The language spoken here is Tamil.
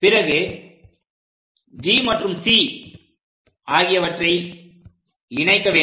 பிறகு G மற்றும் C ஆகியவற்றை இணைக்க வேண்டும்